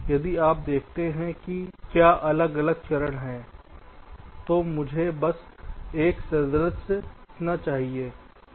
यदि आप देखते हैं कि क्या अलग अलग चरण हैं तो मुझे बस एक सादृश्य रखना चाहिए